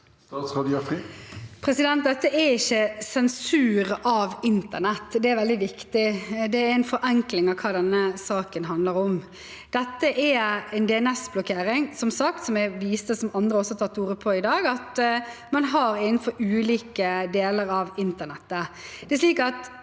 Dette er ikke sensur av internett, det er veldig viktig, det er en forenkling av hva denne saken handler om. Dette er som sagt en DNS-blokkering, som jeg viste til – og som andre også har tatt ordet om i dag – at man har innenfor ulike deler av internett.